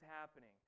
happening